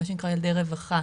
מה שנקרא ילדי רווחה,